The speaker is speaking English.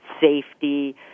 safety